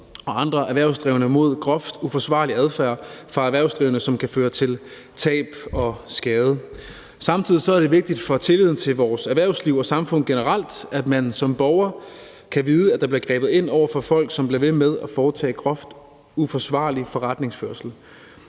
og andre erhvervsdrivende mod groft uforsvarlig adfærd fra erhvervsdrivende, som kan føre til tab og skade. Samtidig er det vigtigt for tilliden til vores erhvervsliv og samfund generelt, at man som borger kan vide, at der bliver grebet ind over for folk, som bliver ved med at foretage groft uforsvarlig forretningsførelse.